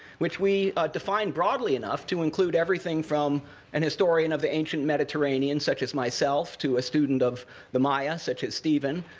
which we define broadly enough to include everything from an historian of the ancient mediterranean, such as myself, to a student of the maya, such as stephen,